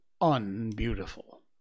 unbeautiful